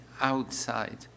outside